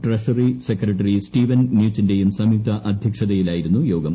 treasury secretary Steven നൂച്ചിന്റെയും സംയുക്ത അദ്ധ്യക്ഷതയിലായിരുന്നു യോഗം